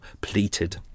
pleated